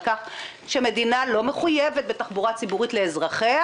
כך שמדינה לא מחויבת בתחבורה ציבורית לאזרחיה,